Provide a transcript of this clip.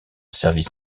service